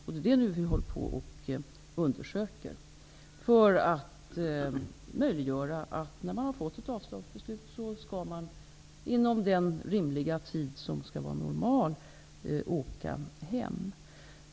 Det är detta som vi håller på att undersöka för att möjliggöra att de människor som har fått ett avslagsbeslut skall inom rimlig och normal tid åka hem.